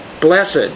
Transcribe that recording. Blessed